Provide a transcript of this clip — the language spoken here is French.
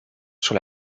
sur